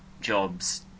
jobs